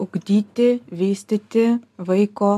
ugdyti vystyti vaiko